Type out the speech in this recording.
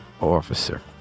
officer